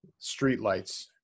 streetlights